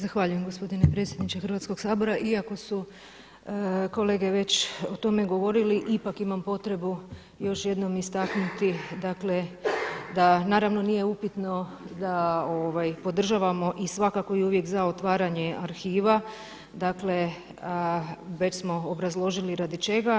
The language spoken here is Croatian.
Zahvaljujem gospodine predsjedniče Hrvatskoga sabora, iako su kolege već o tome govorili, ipak imam potrebu još jednom istaknuti dakle da naravno nije upitno da podržavamo i svakako i uvijek za otvaranje arhiva, dakle već smo obrazložili radi čega.